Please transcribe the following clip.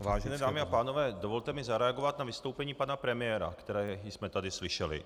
Vážené dámy a pánové, dovolte mi zareagovat na vystoupení pana premiéra, které jsme tady slyšeli.